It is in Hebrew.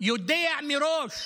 יודע מראש.